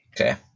Okay